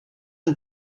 een